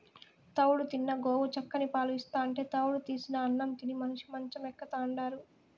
తౌడు తిన్న గోవు చిక్కని పాలు ఇస్తాంటే తౌడు తీసిన అన్నం తిని మనిషి మంచం ఎక్కుతాండాడు